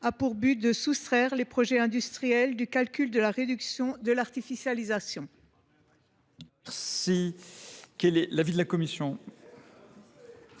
a pour objet de soustraire les projets industriels du calcul de la réduction de l’artificialisation.